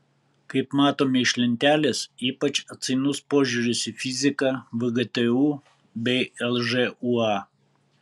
kaip matome iš lentelės ypač atsainus požiūris į fiziką vgtu bei lžūa